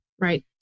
right